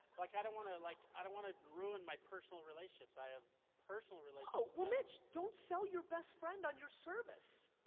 like i don't wanna like, i don't wanna ruin my personal relationships, i have personal relationships oh, well mitch, don't sell your best friend on your service!